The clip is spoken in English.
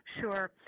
sure